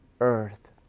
earth